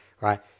right